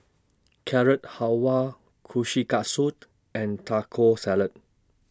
Carrot Halwa Kushikatsu and Taco Salad